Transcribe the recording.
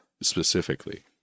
specifically